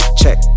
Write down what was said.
check